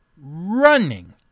running